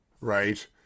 right